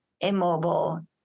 immobile